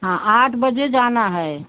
हाँ आठ बजे जाना है